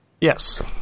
Yes